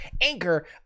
Anchor